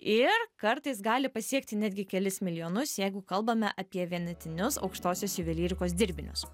ir kartais gali pasiekti netgi kelis milijonus jeigu kalbame apie vienetinius aukštosios juvelyrikos dirbinius